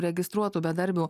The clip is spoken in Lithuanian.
registruotų bedarbių